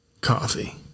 Coffee